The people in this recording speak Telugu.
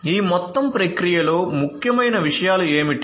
ఈ మొత్తం ప్రక్రియలో ముఖ్యమైన విషయాలు ఏమిటి